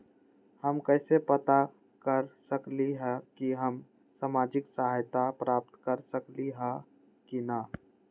हम कैसे पता कर सकली ह की हम सामाजिक सहायता प्राप्त कर सकली ह की न?